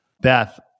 Beth